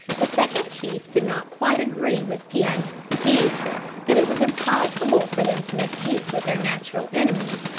the second chief did not quite agree with pee-eye-em he said that it was impossible for them to make peace with their natural enemies,